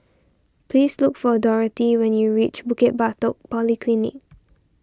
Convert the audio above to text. please look for Dorthey when you reach Bukit Batok Polyclinic